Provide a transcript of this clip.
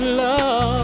love